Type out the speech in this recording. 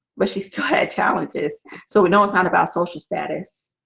but she still had challenges so we know it's not about social status